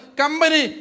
company